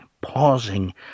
pausing